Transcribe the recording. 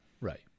right